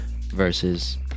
versus